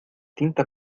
tinta